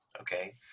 okay